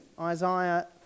Isaiah